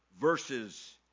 verses